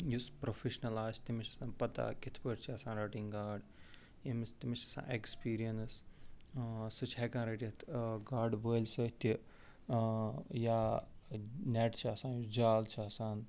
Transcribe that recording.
یُس پرٛوفیشنل آسہِ تٔمِس چھِ پتاہ کِتھٕ پٲٹھۍ چھِ آسان رَٹٕنۍ گاڈ ییٚمِس تٔمِس چھِ آسان ایکٕسپیٖرینٕس سُہ چھُ ہٮ۪کان رٔٹِتھ گاڈٕ وٲلی سۭتۍ تہِ یا نٮ۪ٹ چھُ آسان یُس جال چھُ آسان